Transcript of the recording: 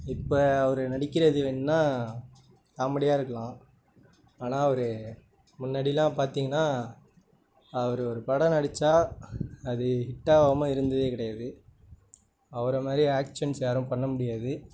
இப்போ அவரு நடிக்கிறது வேணுனால் காமெடியாக இருக்கலாம் ஆனால் அவர் முன்னாடிலாம் பார்த்திங்கனா அவர் ஒரு படம் நடித்தா அது ஹிட் ஆகாம இருந்ததே கிடயாது அவரை மாதிரி ஆக்ஷன்ஸ் யாரும் பண்ண முடியாது